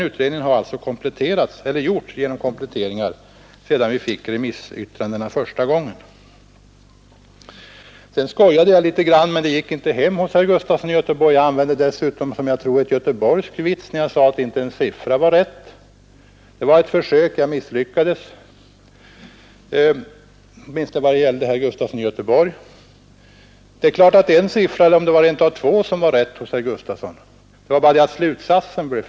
Utredningen har alltså kompletterats sedan vi första gången fick remissyttrandena. Jag skojade här litet grand, men det gick inte hem hos herr Gustafson i Göteborg. Jag använde för övrigt, tror jag, en göteborgsk vits när jag sade att inte en siffra var rätt. Det var ett försök till skämt — jag misslyckades, åtminstone när det gällde herr Gustafson i Göteborg. Det är klart att det fanns en siffra — eller rent av två — som var rätt i herr Gustafsons anförande. Det var bara det att slutsatsen var fel.